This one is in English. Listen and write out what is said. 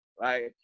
right